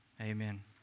amen